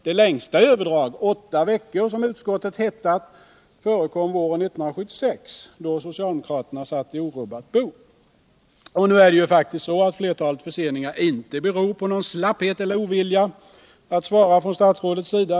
Det längsta överdrag — åtta veckor — som utskottet hittat förekom våren 1976, då socialdemokraterna satt i orubbat bo. Nu är det faktiskt så att flertalet förseningar inte beror på slapphet eller ovilja att svara från statsrådens sida.